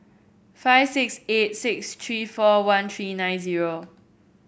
five six eight six three four one three nine zero